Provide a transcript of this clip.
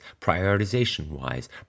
prioritization-wise